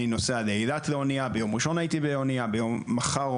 אני בעד הסדרה, אני בעד קידום וטיוב התנאים ככל